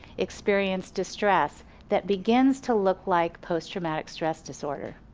experience distress that begins to look like post traumatic stress disorder.